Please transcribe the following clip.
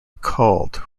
called